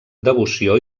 devoció